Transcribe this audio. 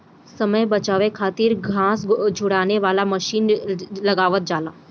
समय बचावे खातिर घास झुरवावे वाला मशीन लगावल जाला